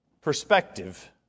perspective